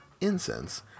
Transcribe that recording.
incense